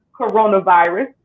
coronavirus